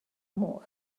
more